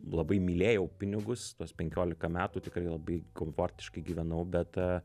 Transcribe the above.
labai mylėjau pinigus tuos penkiolika metų tikrai labai komfortiškai gyvenau bet